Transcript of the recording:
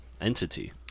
entity